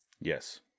Yes